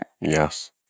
Yes